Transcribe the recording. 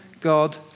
God